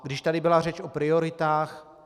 Když tady byla řeč o prioritách.